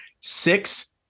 six